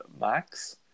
max